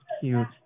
cute